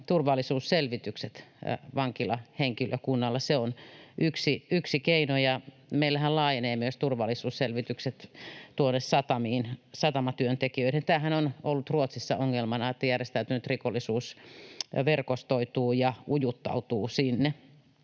turvallisuusselvitykset vankilahenkilökunnalle. Se on yksi keino. Ja meillähän laajenee turvallisuusselvitykset myös tuonne satamiin, satamatyöntekijöihin. Tämähän on ollut Ruotsissa ongelmana, että järjestäytynyt rikollisuus verkostoituu ja ujuttautuu sinne.